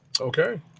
Okay